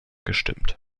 gestimmt